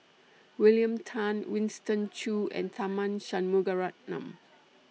William Tan Winston Choos and Tharman Shanmugaratnam